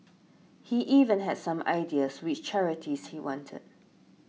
he even had some ideas which charities he wanted